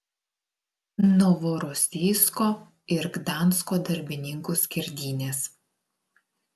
novorosijsko ir gdansko darbininkų skerdynės